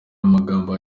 amagambo